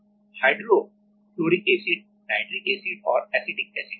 HNA HNA hydrofluoric acid nitric acid और acetic acid है